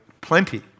plenty